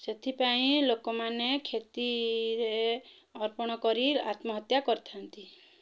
ସେଥିପାଇଁ ଲୋକମାନେ କ୍ଷତିରେ ଅର୍ପଣ କରି ଆତ୍ମହତ୍ୟା କରିଥାନ୍ତି